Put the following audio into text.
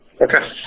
Okay